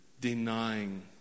denying